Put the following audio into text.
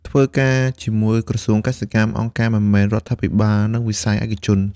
ធ្វើការជាមួយក្រសួងកសិកម្ម អង្គការមិនមែនរដ្ឋាភិបាល និងវិស័យឯកជន។